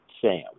Sam